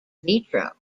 vitro